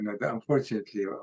unfortunately